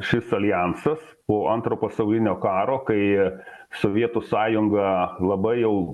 šis aljansas po antrojo pasaulinio karo kai sovietų sąjunga labai jau